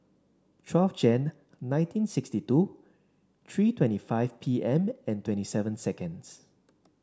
twelve Jan nineteen sixty two three twenty five P M and twenty seven seconds